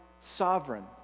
sovereign